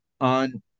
On